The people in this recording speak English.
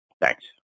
Thanks